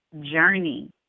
journey